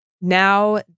now